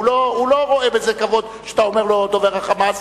הוא לא רואה בזה כבוד כשאתה אומר לו: דובר ה"חמאס",